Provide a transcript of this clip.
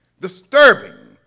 disturbing